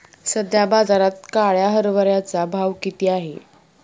सध्या बाजारात काळ्या हरभऱ्याचा भाव किती आहे?